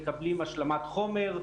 מקבלים השלמת חומר,